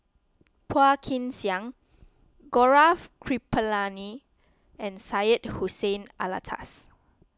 Phua Kin Siang Gaurav Kripalani and Syed Hussein Alatas